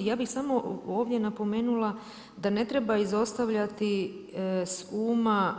Ja bih samo ovdje napomenula da ne treba izostavljati s uma